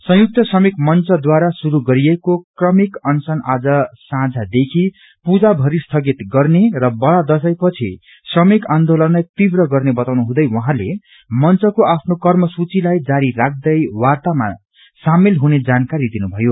संयुक्त श्रमिक मंचद्वारा शुरू गरिएको क्रमिक अनशन आज सांझदेखि पूजा भरि स्थगित गर्ने र बड़ा दशैंपछि श्रमिक आन्दोलनलाई तीव्र गर्नेबताउनु हुँदै उहाँले मंचको आफ्नो कर्मसूचीलाई जारी राख्दै वार्तामा सामेल हुने जानकारी दिनुभयो